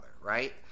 right